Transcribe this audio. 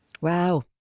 Wow